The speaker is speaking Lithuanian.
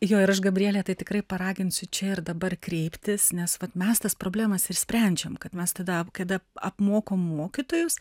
jo ir aš gabriele tai tikrai paraginsiu čia ir dabar kreiptis nes vat mes tas problemas ir sprendžiam kad mes tada kada apmokom mokytojus